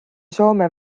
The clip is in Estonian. soome